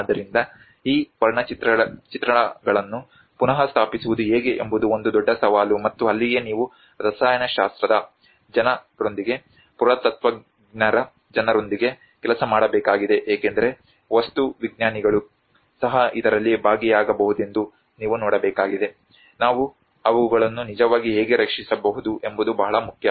ಆದ್ದರಿಂದ ಈ ವರ್ಣಚಿತ್ರಗಳನ್ನು ಪುನಃಸ್ಥಾಪಿಸುವುದು ಹೇಗೆ ಎಂಬುದು ಒಂದು ದೊಡ್ಡ ಸವಾಲು ಮತ್ತು ಅಲ್ಲಿಯೇ ನೀವು ರಸಾಯನಶಾಸ್ತ್ರದ ಜನರೊಂದಿಗೆ ಪುರಾತತ್ತ್ವಜ್ಞರ ಜನರೊಂದಿಗೆ ಕೆಲಸ ಮಾಡಬೇಕಾಗಿದೆ ಏಕೆಂದರೆ ವಸ್ತು ವಿಜ್ಞಾನಿಗಳು ಸಹ ಇದರಲ್ಲಿ ಭಾಗಿಯಾಗಬಹುದೆಂದು ನೀವು ನೋಡಬೇಕಾಗಿದೆ ನಾವು ಅವುಗಳನ್ನು ನಿಜವಾಗಿ ಹೇಗೆ ರಕ್ಷಿಸಬಹುದು ಎಂಬುದು ಬಹಳ ಮುಖ್ಯ